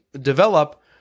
develop